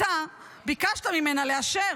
אתה ביקשת ממנה לאשר,